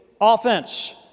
offense